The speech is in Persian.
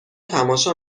تماشا